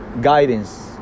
guidance